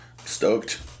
Stoked